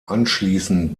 anschließend